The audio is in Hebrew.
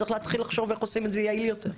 צריך להתחיל לחשוב איך עושים את זה יעיל יותר.